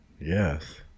Yes